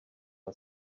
and